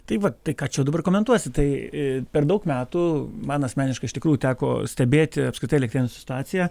tai vat tai ką čia dabar komentuosi tai per daug metų man asmeniškai iš tikrųjų teko stebėti apskritai elektrėnų situaciją